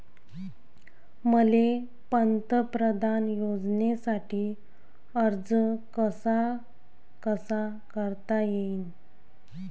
मले पंतप्रधान योजनेसाठी अर्ज कसा कसा करता येईन?